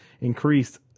increased